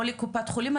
או לקופת חולים,